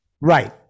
right